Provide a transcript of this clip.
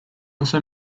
also